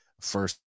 first